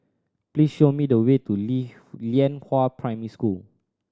please show me the way to Lianhua Primary School